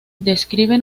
describe